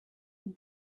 and